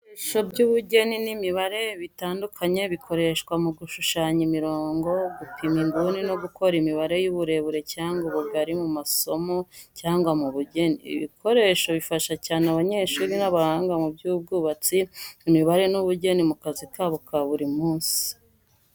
Ibikoresho by’ubugeni n’imibare bitandukanye bikoreshwa mu gushushanya imirongo, gupima inguni no gukora imibare y’uburebure cyangwa ubugari mu masomo cyangwa mu bugeni. Ibi bikoresho bifasha cyane abanyeshuri n’abahanga mu by’ubwubatsi, imibare n’ubugeni mu kazi kabo ka buri munsi.